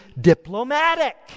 diplomatic